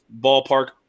ballpark